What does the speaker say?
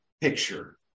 picture